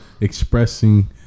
expressing